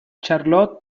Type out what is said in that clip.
charlotte